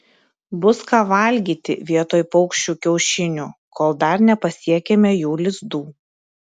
bus ką valgyti vietoj paukščių kiaušinių kol dar nepasiekėme jų lizdų